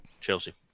Chelsea